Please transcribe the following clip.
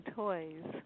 toys